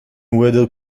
weather